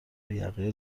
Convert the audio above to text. یقه